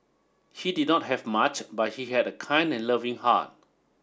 he did not have much but he had a kind and loving heart